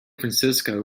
francisco